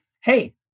hey